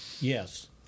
Yes